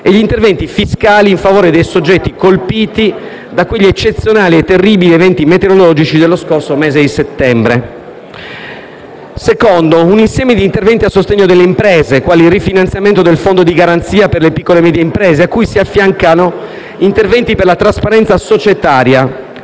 e gli interventi fiscali in favore dei soggetti colpiti da quegli eccezionali e terribili eventi meteorologici dello scorso mese di settembre. La seconda direttrice è un insieme di interventi a sostegno delle imprese, quali il rifinanziamento del fondo di garanzia per le piccole e medie imprese, a cui si affiancano interventi per la trasparenza societaria